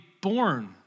born